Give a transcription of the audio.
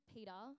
Peter